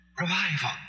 revival